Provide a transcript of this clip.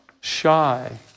shy